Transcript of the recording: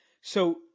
So-